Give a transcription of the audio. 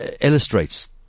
illustrates